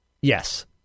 Yes